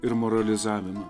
ir moralizavimą